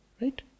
right